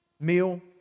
meal